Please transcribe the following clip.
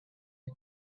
had